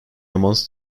amongst